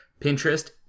Pinterest